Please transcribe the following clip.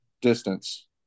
distance